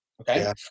Okay